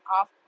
off